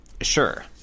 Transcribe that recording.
Sure